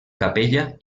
capella